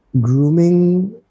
grooming